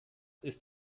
ist